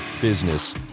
business